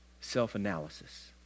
self-analysis